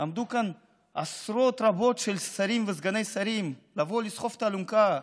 עמדו כאן עשרות רבות של שרים וסגני שרים: לבוא לסחוב את האלונקה,